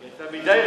אתה מדי רציני.